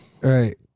Right